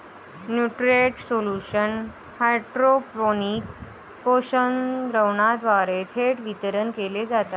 nutrient solution hydroponics पोषक द्रावणाद्वारे थेट वितरित केले जातात